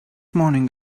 morning